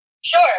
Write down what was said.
Sure